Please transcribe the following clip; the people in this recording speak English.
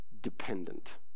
dependent